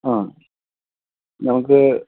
ആ നമുക്ക്